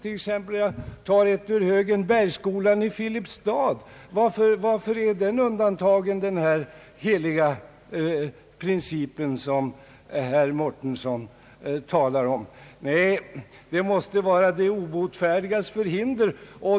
Jag tar ett exempel ur högen — Bergsskolan i Filipstad. Varför är den undantagen den heliga princip som herr Mårtensson talar om? Nej, det måste röra sig om de obotfärdigas förhinder.